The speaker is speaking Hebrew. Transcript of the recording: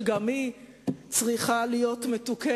שגם היא צריכה להיות מתוקנת,